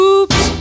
Oops